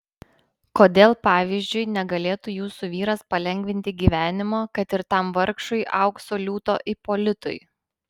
kodėl pavyzdžiui negalėtų jūsų vyras palengvinti gyvenimo kad ir tam vargšui aukso liūto ipolitui